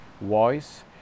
voice